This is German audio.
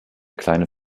kleine